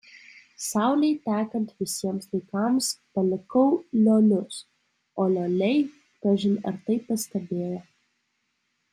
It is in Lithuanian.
saulei tekant visiems laikams palikau liolius o lioliai kažin ar tai pastebėjo